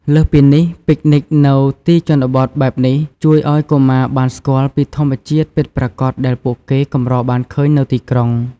លើសពីនេះ ពិកនិចនៅទីជនបទបែបនេះជួយឲ្យកុមារបានស្គាល់ពីធម្មជាតិពិតប្រាកដដែលពួកគេកម្របានឃើញនៅទីក្រុង។